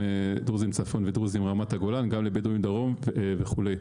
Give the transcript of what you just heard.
צפון ולדרוזים רמת הגולן; גם לבדואים דרום וכו'.